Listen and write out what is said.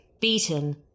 beaten